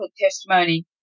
testimony